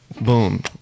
Boom